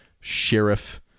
Sheriff